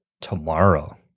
tomorrow